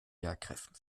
lehrkräften